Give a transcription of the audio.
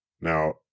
Now